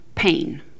pain